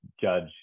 Judge